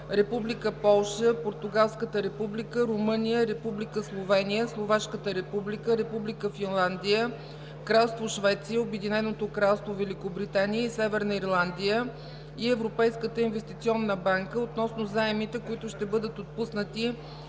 Република Полша, Португалската република, Румъния, Република Словения, Словашката република, Република Финландия, Кралство Швеция, Обединеното кралство Великобритания и Северна Ирландия и Европейската инвестиционна банка относно заемите, които ще бъдат отпуснати